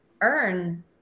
earn